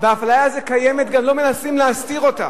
האפליה הזאת קיימת וגם לא מנסים להסתיר אותה.